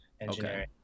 engineering